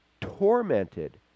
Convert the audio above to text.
tormented